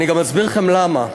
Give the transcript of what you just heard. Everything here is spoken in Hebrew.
אני גם אסביר לכם למה.